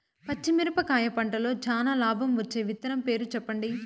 పచ్చిమిరపకాయ పంటలో చానా లాభం వచ్చే విత్తనం పేరు చెప్పండి?